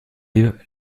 live